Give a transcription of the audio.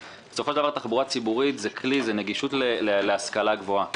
בסופו של דבר תחבורה ציבורית היא כלי נגישות להשכלה גבוהה.